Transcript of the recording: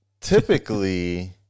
Typically